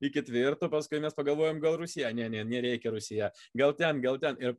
į ketvirtą paskui mes pagalvojom gal rūs ne ne nereikia rūsyje gal ten gal ten ir